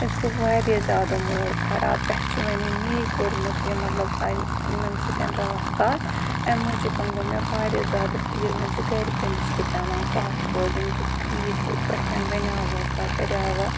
اَسہِ گوٚو واریاہ زیادٕ موٗڈ خراب پیٚٹھٕ چھُ وۄنۍ یہِ مے کوٚرمُت یہِ مطلب یِمن سۭتۍ راتھ کتھ امہِ موٗجوٗبن گوٚو مےٚ واریاہ زیادٕ فیٖل وۄنۍ چھِ گَرِکٮ۪ن نِش تہِ پیٚوان کتھ بوزٕنۍ کہِ ٹھیٖک پٲٹھۍ وَنیٚووکھا کَریووکھ